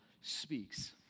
speaks